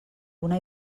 una